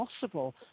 possible